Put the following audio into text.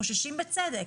חוששים בצדק.